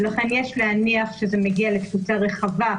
ולכן יש להניח שהן מגיעות לתפוצה רחבה,